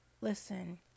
listen